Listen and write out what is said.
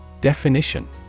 Definition